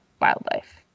wildlife